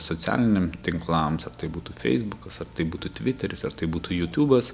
socialiniam tinklams ar tai būtų feisbukas ar tai būtų tviteris ar tai būtų jutubas